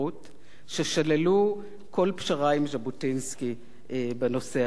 ששללו כל פשרה עם ז'בוטינסקי בנושא הזה.